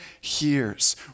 hears